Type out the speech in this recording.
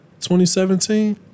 2017